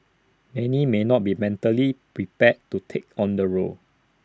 any may not be mentally prepared to take on the role